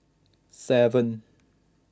seven